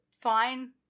fine